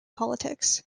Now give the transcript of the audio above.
politics